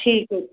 ਠੀਕ